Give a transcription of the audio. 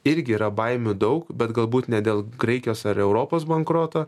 irgi yra baimių daug bet galbūt ne dėl graikijos ar europos bankroto